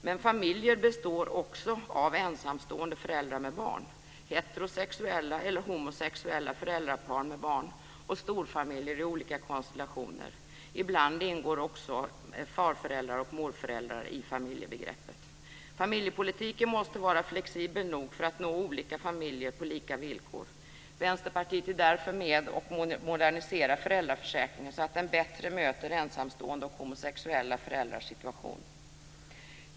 Men familjer består också av ensamstående föräldrar med barn, heterosexuella eller homosexuella föräldrapar med barn och storfamiljer i olika konstellationer. Ibland ingår också farföräldrar och morföräldrar i familjebegreppet. Familjepolitiken måste vara flexibel nog för att nå olika familjer på lika villkor. Vänsterpartiet är därför med och moderniserar föräldraförsäkringen så att den bättre möter ensamstående och homosexuella föräldrars situation.